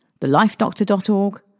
thelifedoctor.org